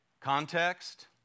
Context